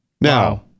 Now